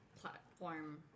platform